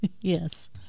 Yes